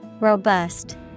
Robust